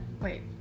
wait